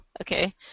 Okay